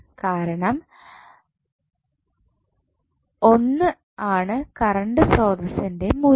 കാരണം 1 ആണ് കറണ്ട് സ്രോതസ്സ്ൻ്റെ മൂല്യം